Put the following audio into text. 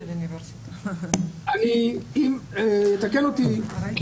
לכן אני חושבת שצריך לומר את הדברים האלה במכלול,